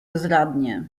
bezradnie